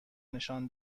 نشان